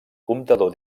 comptador